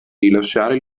rilasciare